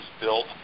built